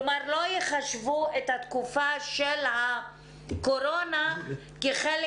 כלומר, לא יחשבו את התקופה של הקורונה כחלק